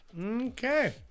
Okay